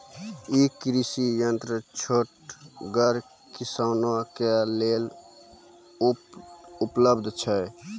ई कृषि यंत्र छोटगर किसानक लेल उपलव्ध छै?